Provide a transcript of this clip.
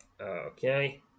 Okay